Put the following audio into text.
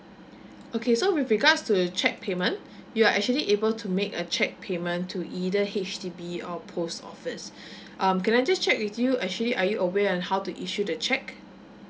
okay so with regards to cheque payment you are actually able to make a cheque payment to either H_D_B or post office um can I just check with you actually are you aware on how to issue the cheque